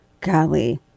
Golly